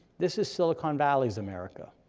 this is silicon valley's america,